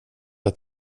att